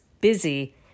busy